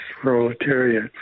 proletariat